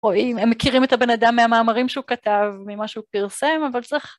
רואים, הם מכירים את הבן אדם מהמאמרים שהוא כתב, ממה שהוא פרסם, אבל צריך